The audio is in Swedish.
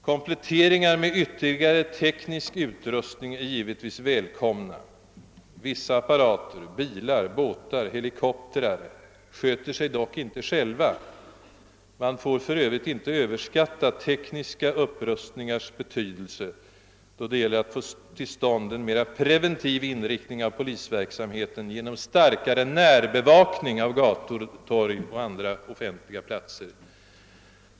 Kompletteringar med ytterligare teknisk utrustning är givetvis välkomna. Vissa apparater — bilar, båtar, helikoptrar — sköter sig dock inte själva. Man får för övrigt inte överskatta tekniska utrustningars betydelse, då det gäller att få till stånd en mer preventiv inriktning av polisverksamheten genom starkare närbevakning av gator, torg och andra offentliga platser.